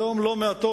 היום לא מעטות